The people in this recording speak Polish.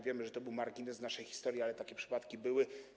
Wiemy, że to był margines naszej historii, ale takie przypadki były.